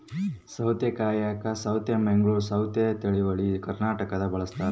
ಸೌತೆಕಾಯಾಗ ಸೌತೆ ಮಂಗಳೂರ್ ಸೌತೆ ತಳಿಗಳು ಕರ್ನಾಟಕದಾಗ ಬಳಸ್ತಾರ